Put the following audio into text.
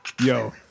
Yo